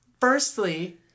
firstly